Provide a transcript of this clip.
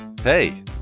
hey